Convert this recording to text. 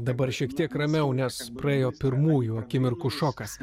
dabar šiek tiek ramiau nes praėjo pirmųjų akimirkų šokas